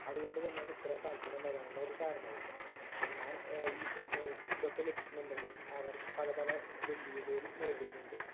അതുകൊണ്ട് തന്നെയാണ് ഇത്രയും താല്പര്യം വരാനുള്ള ഒരു കാരണവും എന്നാല് ഈ ഇതൊക്കെ ലഭിക്കുന്നുണ്ടെങ്കിലും അവര് പല പല വെല്ലുവിളികള് നേരിടുന്നുണ്ട്